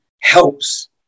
helps